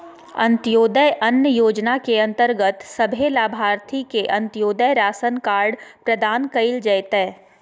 अंत्योदय अन्न योजना के अंतर्गत सभे लाभार्थि के अंत्योदय राशन कार्ड प्रदान कइल जयतै